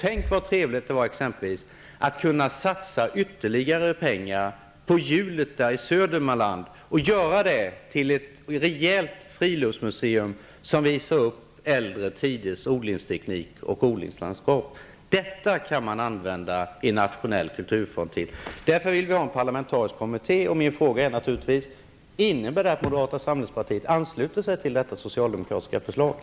Tänk, vad trevligt det vore att kunna satsa ytterligare pengar på Julita i Södermanland och göra Julita till ett rejält friluftsmuseum, som visar upp äldre tiders odlingsteknik och odlingslandskap. Det är vad man kan använda en nationell kulturfond till. Därför vill vi socialdemokrater att det skall tillsättas en parlamentarisk kommitté. Min fråga är då naturligtvis: Innebär detta att moderata samlingspartiet ansluter sig till det socialdemokratiska förslaget?